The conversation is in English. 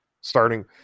Starting